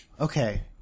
Okay